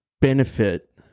benefit